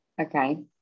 Okay